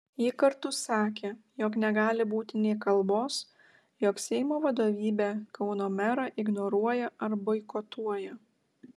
ji kartu sakė jog negali būti nė kalbos jog seimo vadovybė kauno merą ignoruoja ar boikotuoja